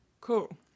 Cool